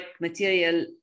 material